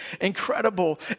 incredible